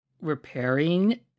repairing